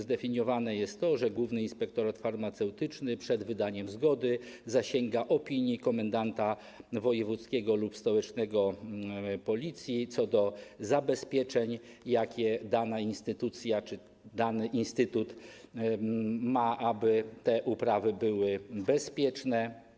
Zdefiniowane jest też to, że główny inspektor farmaceutyczny przed wydaniem zgody zasięga opinii komendanta wojewódzkiego lub stołecznego Policji co do zabezpieczeń, jakie dana instytucja czy dany instytut ma, aby te uprawy były bezpieczne.